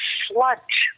sludge